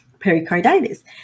pericarditis